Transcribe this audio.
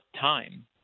time